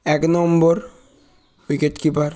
এক নম্বর wicket keeper